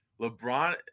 LeBron